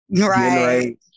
Right